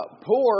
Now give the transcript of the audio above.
Poor